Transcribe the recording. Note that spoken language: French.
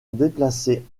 déplacés